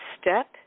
Step